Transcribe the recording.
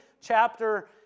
chapter